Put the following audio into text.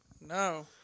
No